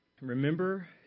Remember